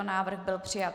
Návrh byl přijat.